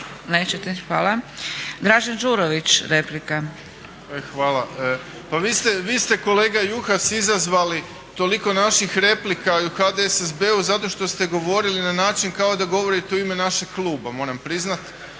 Nećete, hvala. Dražen Đurović, replika. **Đurović, Dražen (HDSSB)** Hvala. Pa vi ste kolega Juhas izazvali toliko naših replika i u HDSSB-u zato što ste govorili na način kao da govorite u ime našeg kluba moram priznat